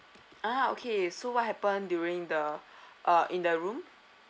ah okay so what happen during the uh in the room